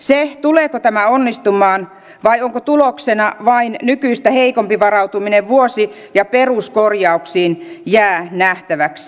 se tuleeko tämä onnistumaan vai onko tuloksena vain nykyistä heikompi varautuminen vuosi ja peruskorjauksiin jää nähtäväksi